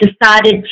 decided